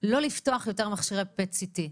לא לפתוח יותר מכשירי PET CT?